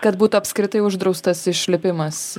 kad būtų apskritai uždraustas išlipimas